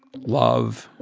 love,